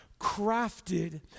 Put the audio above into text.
crafted